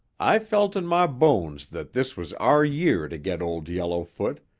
i felt in my bones that this was our year to get old yellowfoot,